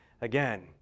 again